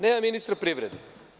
Nema ministra privrede.